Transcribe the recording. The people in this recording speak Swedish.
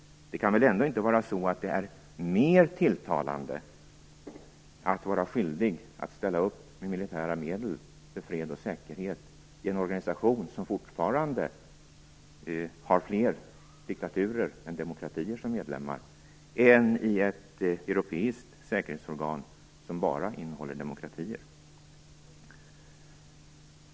Det kan väl inte vara så att det är mer tilltalande att vara skyldig att ställa upp med militära medel för fred och säkerhet i en organisation som fortfarande har fler diktaturer än demokratier som medlemmar, än i ett europeiskt säkerhetsorgan som bara innehåller demokratier?